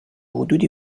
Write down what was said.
حدودی